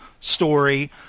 story